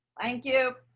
thank you!